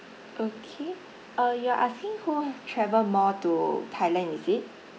okay uh you're asking who travel more to thailand is it